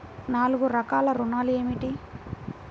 నాలుగు రకాల ఋణాలు ఏమిటీ?